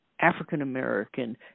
African-American